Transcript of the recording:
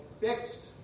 fixed